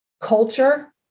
Culture